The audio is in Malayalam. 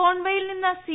കോൺവേയിൽ നിന്ന് സി